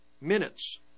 minutes